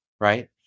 Right